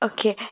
Okay